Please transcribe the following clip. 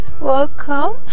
Welcome